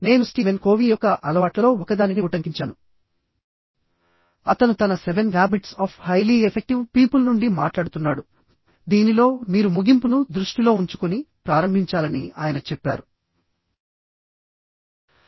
నేను Steven Covey యొక్క అలవాట్లలో ఒకదానిని ఉటంకించాను అతను తన seven habits of highly effective people నుండి మాట్లాడుతున్నాడు దీనిలో మీరు ముగింపును దృష్టిలో ఉంచుకుని ప్రారంభించాలని ఆయన చెప్పారు